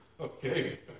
okay